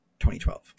2012